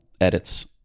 edits